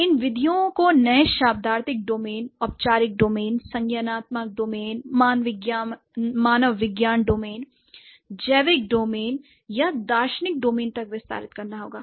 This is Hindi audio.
हमें इन विधियों को नए शब्दार्थिक डोमेन औपचारिक डोमेन संज्ञानात्मक डोमेन मानवविज्ञान डोमेन जैविक डोमेन या दार्शनिक डोमेन तक विस्तारित करना होगा